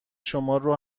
شمارو